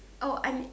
oh and